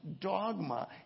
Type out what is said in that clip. dogma